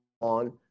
on